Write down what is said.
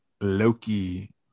Loki